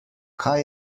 kaj